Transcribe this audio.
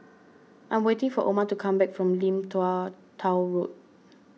I am waiting for Oma to come back from Lim Tua Tow Road